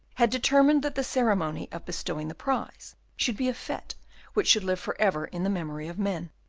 had determined that the ceremony of bestowing the prize should be a fete which should live for ever in the memory of men.